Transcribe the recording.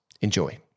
Enjoy